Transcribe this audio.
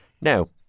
Now